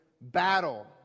battle